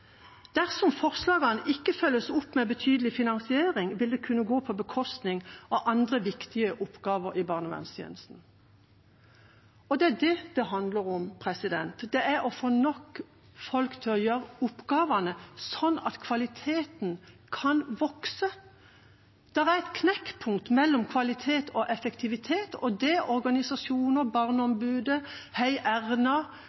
forslagene ikke følges opp med betydelig finansiering, vil de kunne gå på bekostning av andre viktige oppgaver i kommunal barnevernstjeneste.» Og det er det det handler om: å få nok folk til å gjøre oppgavene, sånn at kvaliteten kan vokse. Det er et knekkpunkt mellom kvalitet og effektivitet, og det organisasjoner,